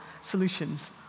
solutions